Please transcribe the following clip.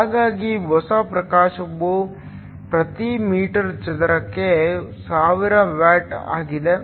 ಹಾಗಾಗಿ ಹೊಸ ಪ್ರಕಾಶವು ಪ್ರತಿ ಮೀಟರ್ ಚದರಕ್ಕೆ 1000 ವ್ಯಾಟ್ ಆಗಿದೆ